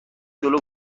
جلو